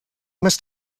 must